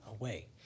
away